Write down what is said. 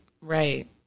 right